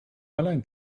allein